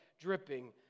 dripping